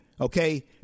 okay